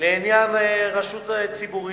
לעניין רשות ציבורית,